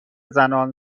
زنان